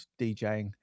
DJing